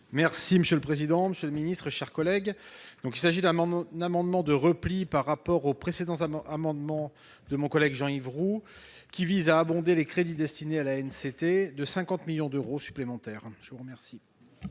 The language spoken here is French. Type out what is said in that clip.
Merci monsieur le président, monsieur le ministre, chers collègues, donc il s'agit d'un moment d'amendement de repli par rapport aux précédents, un amendement de mon collègue Jean-Yves Roux, qui vise à abonder les crédits destinés à la haine, c'était de 50 millions d'euros supplémentaires, je vous remercie.